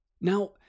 now